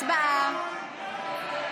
הצבעה.